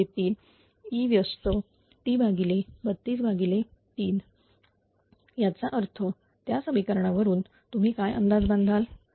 01 1603 e t323 याचा अर्थ त्या समिकरणा वरून तुम्ही काय अंदाज बांधला